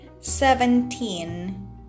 seventeen